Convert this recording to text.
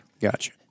Gotcha